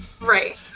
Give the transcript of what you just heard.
Right